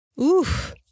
Oof